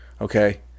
okay